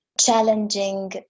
challenging